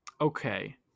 okay